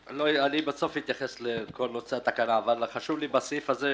בסוף אתייחס לנושא התקנה, אבל חשוב לי בסעיף הזה,